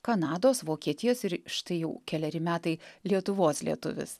kanados vokietijos ir štai jau keleri metai lietuvos lietuvis